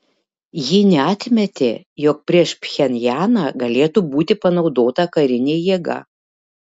ji neatmetė jog prieš pchenjaną galėtų būti panaudota karinė jėga